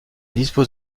dispose